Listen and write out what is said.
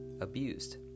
abused